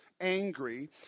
angry